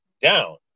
down